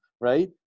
right